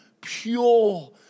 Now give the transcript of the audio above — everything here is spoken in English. pure